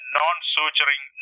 non-suturing